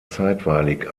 zeitweilig